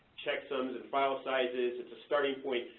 checksums and file sizes it's a starting point.